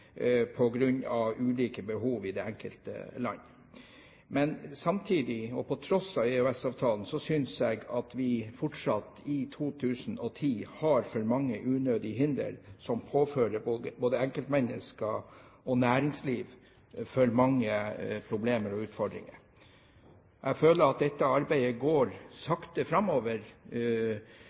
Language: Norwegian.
ulike behov i de enkelte land. Men samtidig, og på tross av EØS-avtalen, synes jeg at vi fortsatt i 2010 har for mange unødige hindre, som påfører både enkeltmennesker og næringsliv for mange problemer og utfordringer. Jeg føler at dette arbeidet går sakte framover,